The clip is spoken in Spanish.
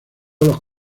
los